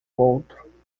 outro